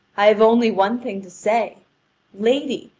i have only one thing to say lady,